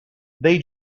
they